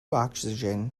oxygen